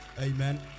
amen